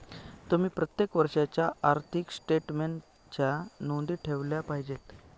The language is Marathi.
तुम्ही प्रत्येक वर्षाच्या आर्थिक स्टेटमेन्टच्या नोंदी ठेवल्या पाहिजेत